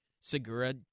Segura